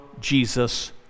Jesus